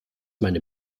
meine